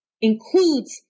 includes